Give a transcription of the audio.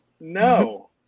no